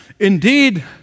Indeed